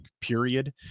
period